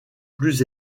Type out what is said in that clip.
plus